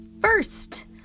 first